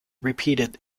repeated